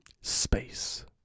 Space